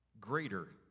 greater